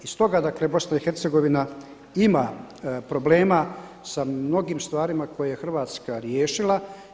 I stoga dakle BiH ima problema sa mnogim stvarima koje Hrvatska riješila.